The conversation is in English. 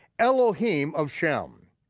elohim of shem.